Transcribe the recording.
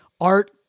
art